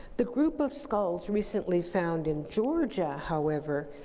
the group of skulls recently found in georgia, however,